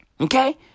okay